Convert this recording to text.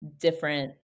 different